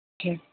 ٹھیک